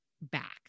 back